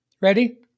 Ready